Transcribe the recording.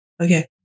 Okay